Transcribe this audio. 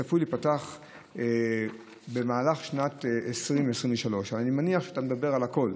הוא צפוי להיפתח במהלך שנת 2023. אני מניח שאתה מדבר על הכול.